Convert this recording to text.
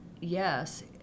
yes